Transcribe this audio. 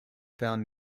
found